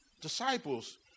Disciples